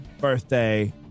birthday